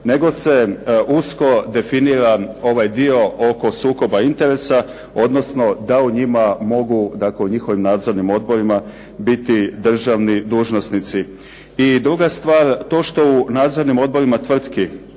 nego se usko definira ovaj dio oko sukoba interesa, odnosno da u njima mogu, odnosno u njihovim nadzornim odborima mogu biti državni dužnosnici. I druga stvar, to što u nadzornim odborima tvrtki